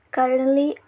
Currently